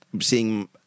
seeing